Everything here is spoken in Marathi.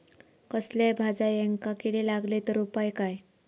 कसल्याय भाजायेंका किडे लागले तर उपाय काय?